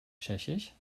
tschechisch